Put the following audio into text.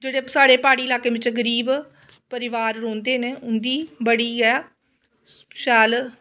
जेह्ड़े साढ़े प्हाड़ी इलाके बिच्च गरीब परिवार रौंह्दे न उं'दी बड़ी गै शैल